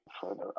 further